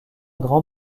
grand